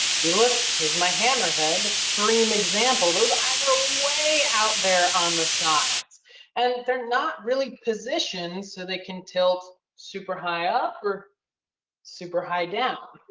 if you look, here's my hammerhead extreme example. those eyes are way out there on the sides and they're not really positioned so they can tilt super high up or super high down.